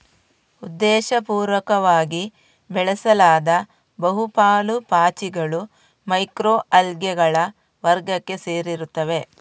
ಉದ್ದೇಶಪೂರ್ವಕವಾಗಿ ಬೆಳೆಸಲಾದ ಬಹು ಪಾಲು ಪಾಚಿಗಳು ಮೈಕ್ರೊ ಅಲ್ಗೇಗಳ ವರ್ಗಕ್ಕೆ ಸೇರುತ್ತವೆ